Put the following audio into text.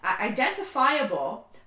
Identifiable